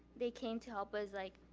they came to help us like